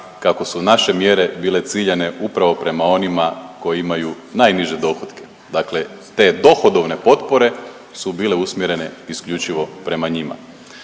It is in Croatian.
kako su naše mjere bile ciljane upravo prema onima koji imaju najniže dohotke, dakle te dohodovne potpore su bile usmjerene isključivo prema njima.